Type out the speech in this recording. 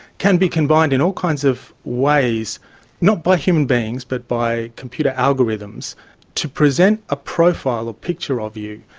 can be combined in all kinds of ways not by human beings but by computer algorithms to present a profile or picture of you.